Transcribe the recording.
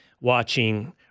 watching